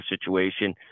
situation